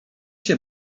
się